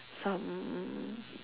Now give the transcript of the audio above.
some